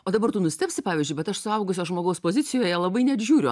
o dabar tu nustebsi pavyzdžiui bet aš suaugusio žmogaus pozicijoje labai net žiūriu